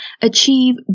achieve